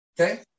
Okay